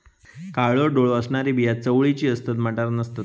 काळो डोळो असणारी बिया चवळीची असतत, मटार नसतत